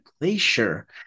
Glacier